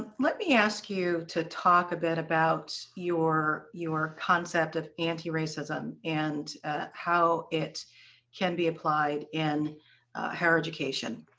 ah let me ask you to talk a bit about your your concept of anti-racism and how it can be applied in higher education.